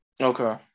Okay